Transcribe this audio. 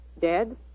dead